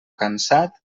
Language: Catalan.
cansat